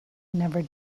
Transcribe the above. never